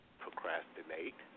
procrastinate